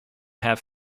have